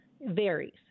varies